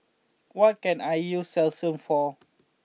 what can I use Selsun for